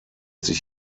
sich